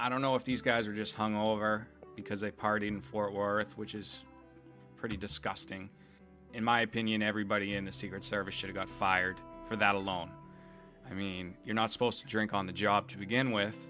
i don't know if these guys are just hung over because a pardon for which is pretty disgusting in my opinion everybody in the secret service should've got fired for that alone i mean you're not supposed to drink on the job to begin with